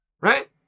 right